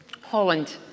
Holland